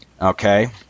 Okay